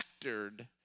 factored